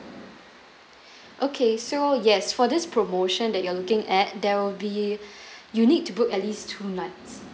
okay so yes for this promotion that you're looking at there will be you need to book at least two nights